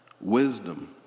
Wisdom